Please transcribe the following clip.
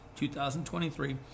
2023